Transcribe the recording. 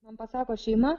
man pasako šeima